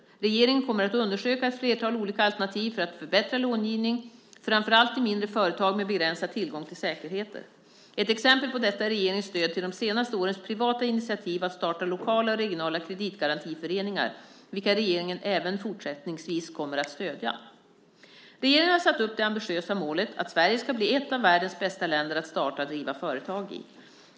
Regeringen kommer att undersöka ett flertal olika alternativ för att förbättra långivning, framför allt till mindre företag med begränsad tillgång till säkerheter. Ett exempel på detta är regeringens stöd till de senaste årens privata initiativ att starta lokala och regionala kreditgarantiföreningar, vilka regeringen även fortsättningsvis kommer att stödja. Regeringen har satt upp det ambitiösa målet att Sverige ska bli ett av världens bästa länder att starta och driva företag i.